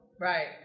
Right